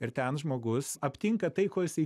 ir ten žmogus aptinka tai ko jisai